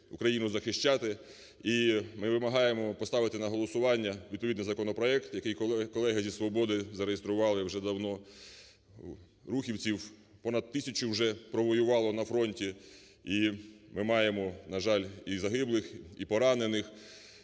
Україну захищати. І ми вимагаємо поставити на голосування відповідний законопроект, який колеги зі "Свободи" зареєстрували вже давно. Рухівців понад тисячу вже провоювало на фронті. І ми маємо, на жаль, і загиблих, і поранених.